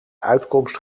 uitkomst